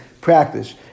practice